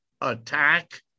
attack